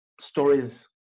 stories